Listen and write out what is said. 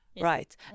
Right